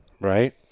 right